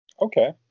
Okay